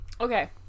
Okay